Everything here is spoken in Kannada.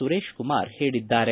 ಸುರೇಶ್ ಕುಮಾರ್ ಹೇಳಿದ್ದಾರೆ